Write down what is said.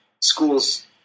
schools